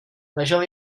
ležel